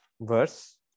verse